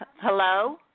Hello